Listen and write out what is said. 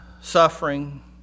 suffering